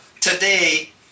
today